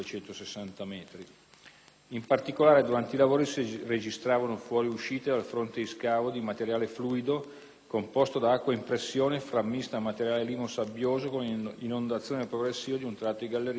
In particolare, durante i lavori si registravano fuoriuscite dal fronte di scavo di materiale fluido composto da acqua in pressione frammista a materiale limo-sabbioso con inondazione progressiva di un tratto di galleria di 200 metri.